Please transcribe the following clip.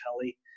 Kelly